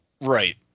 Right